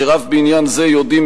אשר אף בעניין זה יודעים,